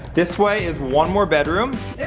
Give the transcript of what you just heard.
this way is one more bedroom.